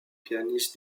pianiste